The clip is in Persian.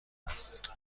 است